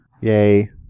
Yay